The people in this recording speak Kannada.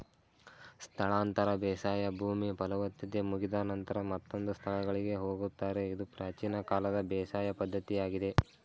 ಸ್ಥಳಾಂತರ ಬೇಸಾಯ ಭೂಮಿ ಫಲವತ್ತತೆ ಮುಗಿದ ನಂತರ ಮತ್ತೊಂದು ಸ್ಥಳಗಳಿಗೆ ಹೋಗುತ್ತಾರೆ ಇದು ಪ್ರಾಚೀನ ಕಾಲದ ಬೇಸಾಯ ಪದ್ಧತಿಯಾಗಿದೆ